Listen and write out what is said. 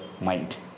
mind